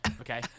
Okay